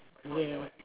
yes